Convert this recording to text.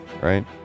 right